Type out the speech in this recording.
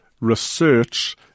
research